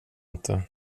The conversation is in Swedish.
inte